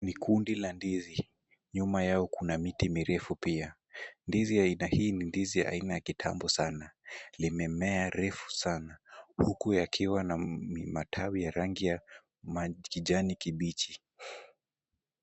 Ni kundi la ndizi. Nyuma yao kuna miti mirefu pia. Ndizi ya aina hii ni ndizi aina ya kitambo sana . Limemea refu sana, huku yakiwa na matawi ya rangi ya kijani kibichi.